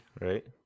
right